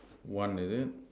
one is it